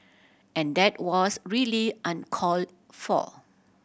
and that was really uncalled for